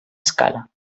escala